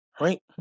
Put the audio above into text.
Right